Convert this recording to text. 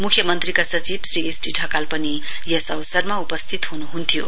मुख्यमन्त्रीका सचिव श्री एसडी ढकाल पनि यस अवसरमा उपस्थित हुनुहुन्थ्यो